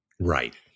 Right